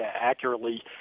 accurately